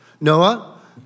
Noah